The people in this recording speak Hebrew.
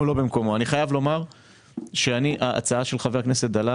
אני חייב לומר שאני מתנגד להצעה של חבר הכנסת דלל.